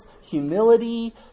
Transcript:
humility